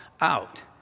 out